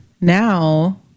now